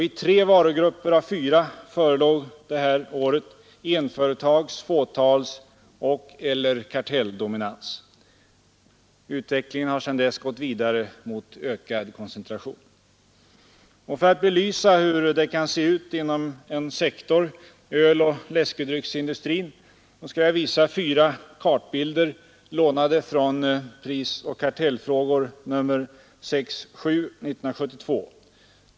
I tre varugrupper av fyra förelåg det året en ettföretags-, fåtalseller kartelldominans. Utvecklingen har sedan dess gått vidare mot ökad koncentration. För att belysa hur det kan se ut inom en sektor — öloch läskedrycksindustrin — skall jag på TV-skärmen visa fyra kartbilder, lånade från Prisoch kartellfrågor nr 6—7 1972.